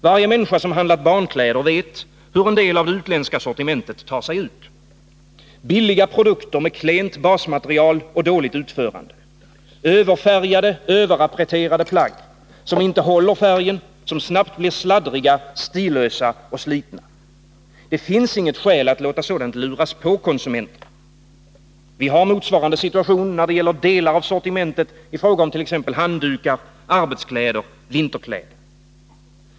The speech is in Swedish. Varje människa som handlat barnkläder vet hur en del av det utländska sortimentet tar sig ut: billiga produkter med klent basmaterial och dåligt utförande, överfärgade överappreterade plagg, som inte håller färgen, som snabbt blir sladdriga, stillösa och slitna. Det finns inget skäl att låta sådant luras på konsumenterna. Vi har motsvarande situation när det gäller delar av sortimentet i fråga om t.ex. handdukar, arbetskläder, vinterkläder.